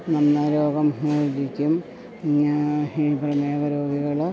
നന്നേ രോഗം പിടിക്കും പിന്നെ ഈ പ്രമേഹ രോഗികൾ